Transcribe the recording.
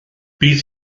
bydd